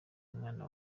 umwana